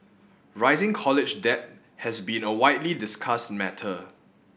rising college debt has been a widely discussed matter